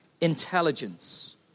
intelligence